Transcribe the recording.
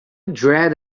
dread